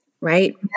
right